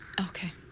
Okay